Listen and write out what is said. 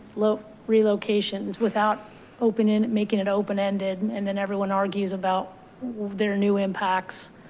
low relocations without opening and making it open ended. and then everyone argues about their new impacts.